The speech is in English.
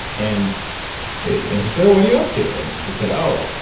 and and he said, what are you up to? and and she said, oh,